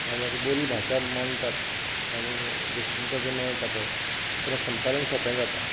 आनी जेन्ना बरी भाशा मांडटात आनी जशी तुमकां जे मेळटां पळय तेन्ना संपादन सोपें जाता